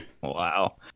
Wow